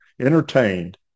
entertained